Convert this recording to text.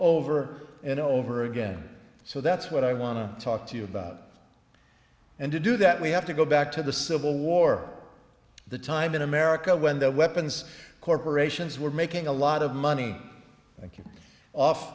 over and over again so that's what i want to talk to you about and to do that we have to go back to the civil war the time in america when the weapons corporations were making a lot of money